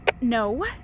No